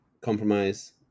compromise